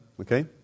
okay